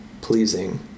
pleasing